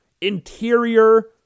interior